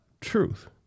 truth